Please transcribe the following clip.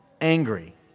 angry